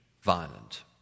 violent